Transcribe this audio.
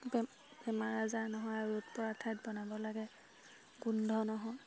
বেমাৰ আজাৰ নহয় আৰু ৰ'দপৰা ঠাইত বনাব লাগে গোন্ধ নহয়